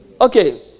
Okay